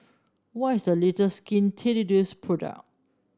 what is the latest Skin Ceuticals product